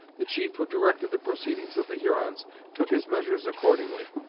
the chief who directed the proceedings of the hurons took his measures accordingly.